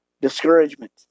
Discouragement